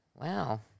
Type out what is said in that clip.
Wow